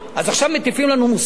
אז עכשיו מטיפים לנו מוסר?